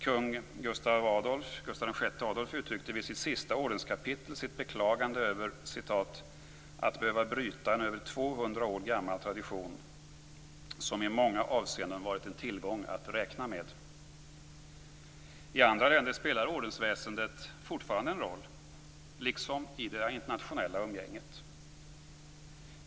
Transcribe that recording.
Kung Gustav VI Adolf uttryckte vid sitt sista ordenskapitel sitt beklagande över "att behöva bryta en över 200 år gammal tradition, som i många avseenden varit en tillgång att räkna med". I andra länder spelar ordensväsendet fortfarande en roll, liksom i det internationella umgänget.